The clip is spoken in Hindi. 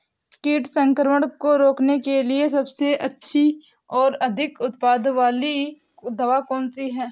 कीट संक्रमण को रोकने के लिए सबसे अच्छी और अधिक उत्पाद वाली दवा कौन सी है?